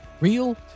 real